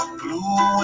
blue